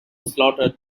slaughter